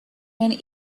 and